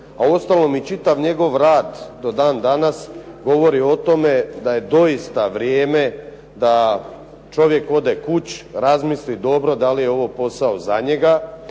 A uostalom i čitav njegov rad do dan danas govori o tome da je doista vrijeme da čovjek ode kući, razmisli dobro da li je ovo posao za njega,